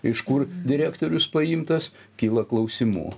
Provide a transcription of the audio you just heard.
iš kur direktorius paimtas kyla klausimų